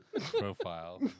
profile